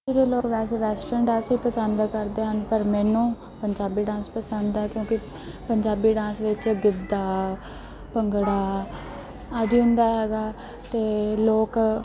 ਅੱਜ ਦੇ ਲੋਕ ਵੈਸੇ ਵੈਸਟਰਨ ਡਾਂਸ ਹੀ ਪਸੰਦ ਕਰਦੇ ਹਨ ਪਰ ਮੈਨੂੰ ਪੰਜਾਬੀ ਡਾਂਸ ਪਸੰਦ ਹੈ ਕਿਉਂਕਿ ਪੰਜਾਬੀ ਡਾਂਸ ਵਿੱਚ ਗਿੱਧਾ ਭੰਗੜਾ ਆਦਿ ਹੁੰਦਾ ਹੈਗਾ ਅਤੇ ਲੋਕ